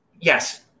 yes